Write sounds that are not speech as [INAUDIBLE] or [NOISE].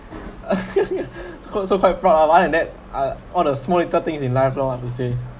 [LAUGHS] [BREATH] so quite proud other than that all the small little things in life [lor} I have to say